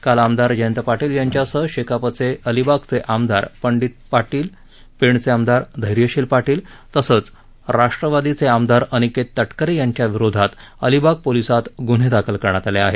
काल आमदार जयंत पाटील यांच्यासह शेकापचे अलिबागचे आमदार पंडित पाटील पेणचे आमदार धैर्यशील पाटील तसंच राष्ट्रवादीचे आमदार अनिकेत तटकरे यांच्या विरोधात अलिबाग पोलिसात गुन्हे दाखल करण्यात आले आहेत